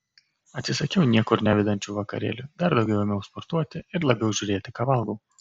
atsisakiau niekur nevedančių vakarėlių dar daugiau ėmiau sportuoti ir labiau žiūrėti ką valgau